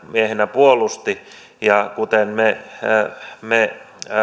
puolusti ja me me